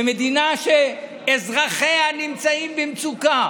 מדינה שאזרחיה נמצאים במצוקה